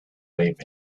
live